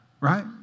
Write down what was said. Right